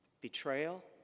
Betrayal